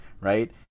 right